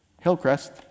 Hillcrest